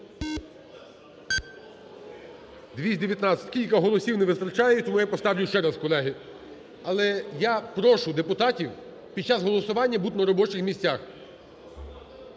За-219 Кілька голосів не вистачає, і тому я поставлю ще раз, колеги, але я прошу депутатів під час голосування бути на робочих місцях,